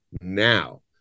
Now